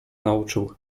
nauczył